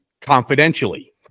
confidentially